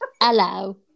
Hello